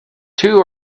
two